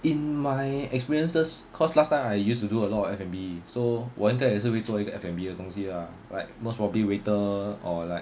in my experiences cause last time I used to do a lot of F&B so 我应该也是做一个 F and B 的东西 ah like most probably waiter or like